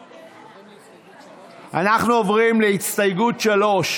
לסעיף 1. אנחנו עוברים להסתייגות 3,